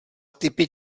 typy